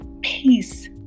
peace